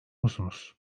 musunuz